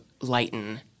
lighten